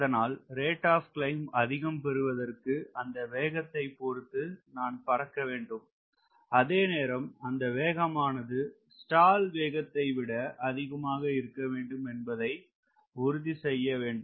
அதனால் rate of climb அதிகம் பெறுவதற்கு அந்த வேகத்தை பொறுத்து நான் பறக்க வேண்டும் அதே நேரம் அந்த வேகமானது ஸ்டால் வேகத்தை விட அதிகமாக இருக்க வேண்டும் என்பதை உறுதி செய்ய வேண்டும்